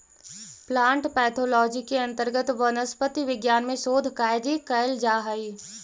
plant pathology के अंतर्गत वनस्पति विज्ञान में शोध कार्य कैल जा हइ